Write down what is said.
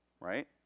Right